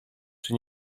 czy